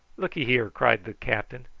look'ye here, cried the captain,